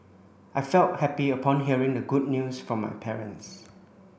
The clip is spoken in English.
I felt happy upon hearing the good news from my parents